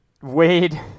Wade